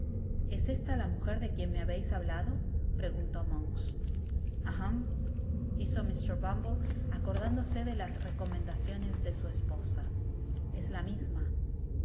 es esta la mujer de quién me habeis hablado preguntó monks hem hizo mr bumble acordándose de las recomendaciones de su esposa es la misma